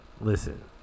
listen